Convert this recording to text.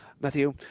Matthew